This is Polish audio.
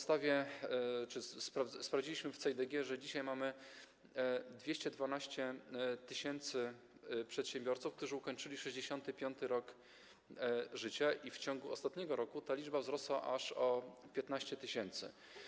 Sprawdziliśmy w CEIDG, że dzisiaj mamy 212 tys. przedsiębiorców, którzy ukończyli 65. rok życia, i w ciągu ostatniego roku ta liczba wzrosła aż o 15 tys.